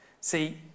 See